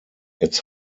its